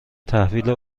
تحویل